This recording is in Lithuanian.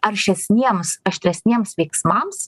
aršesniems aštresniems veiksmams